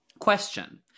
Question